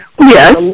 Yes